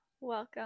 welcome